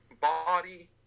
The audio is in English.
body